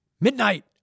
midnight